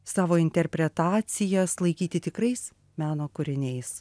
savo interpretacijas laikyti tikrais meno kūriniais